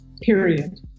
period